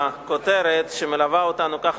הכותרת שמלווה אותנו ככה,